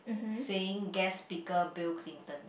saying guest speaker Bill-Clinton